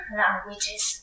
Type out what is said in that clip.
languages